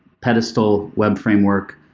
pedestal web framework.